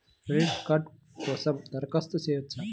Credit card కోసం దరఖాస్తు చేయవచ్చా?